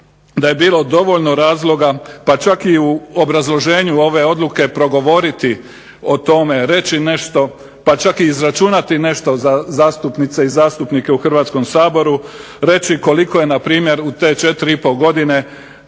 da je bilo dovoljno razloga pa čak i u obrazloženju ove odluke progovoriti o tome, reći nešto pa čak i izračunati nešto za zastupnice i zastupnike u Hrvatskom saboru, reći koliko je npr. u te 4,5 godine